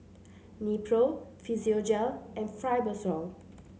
Nepro Physiogel and Fibrosol